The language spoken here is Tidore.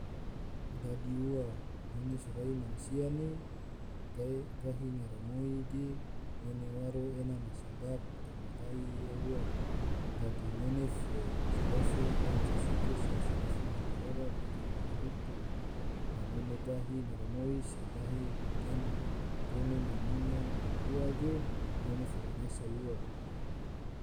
Dadi ua ngone sorai mansia ne gahi ngaramoi ge ngone waro ena ma sabab toma gai ia ua, dadi ngone fo sodofu waca syukur se sodofu matorora te jou madihutu la ngone gahi ngaramoi se dahe te ngone na nyinga ua ge ngone fo manyasal ua.